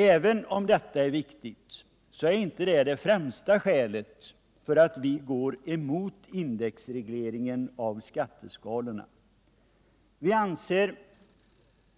Även om detta är viktigt, så är det inte det främsta skälet för att Vi går emot indexregleringen av skatteskalorna. Vi anser